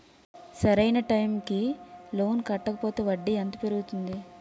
సరి అయినా టైం కి లోన్ కట్టకపోతే వడ్డీ ఎంత పెరుగుతుంది?